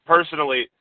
Personally